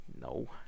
No